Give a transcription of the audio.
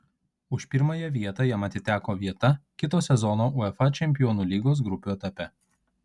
už pirmąją vietą jam atiteko vieta kito sezono uefa čempionų lygos grupių etape